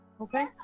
Okay